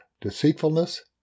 deceitfulness